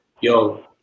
yo